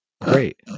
great